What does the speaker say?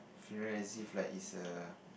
funeral as if like it's a